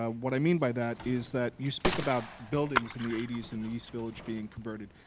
um what i mean by that is that you speak about buildings in the eighty s in the east village being converted.